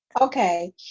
okay